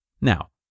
Now